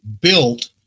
built